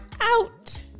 out